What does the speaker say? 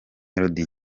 melody